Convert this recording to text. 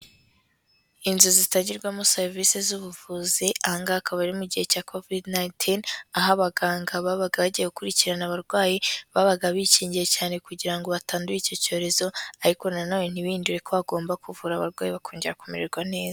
Inzu zitangirwamo serivisi z'ubuvuzi, aha ngaha akaba ari mu gihe cya covid nineteen, aho abaganga babaga bagiye gukurikirana abarwayi babaga bikingiye cyane kugira ngo batandura icyo cyorezo ariko na none ntibihindure ko bagomba kuvura abarwayi bakongera kumererwa neza.